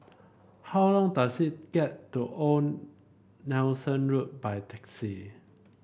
how long does it get to Old Nelson Road by taxi